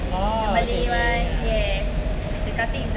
oh okay K K I know